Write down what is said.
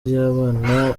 ry’abana